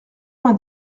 vingt